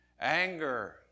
anger